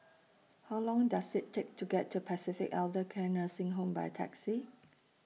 How Long Does IT Take to get to Pacific Elder Care Nursing Home By Taxi